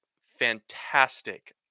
fantastic